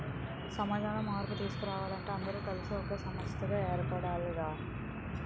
సమాజంలో మార్పు తీసుకురావాలంటే అందరూ కలిసి ఒక సంస్థలా ఏర్పడాలి రా